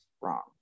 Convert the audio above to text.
wrong